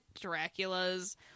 Dracula's